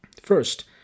First